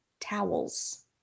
towels